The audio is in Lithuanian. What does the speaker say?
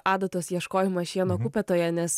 adatos ieškojimas šieno kupetoje nes